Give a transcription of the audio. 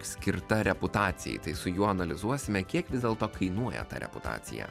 skirtą reputacijai tai su juo analizuosime kiek vis dėlto kainuoja ta reputacija